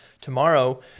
tomorrow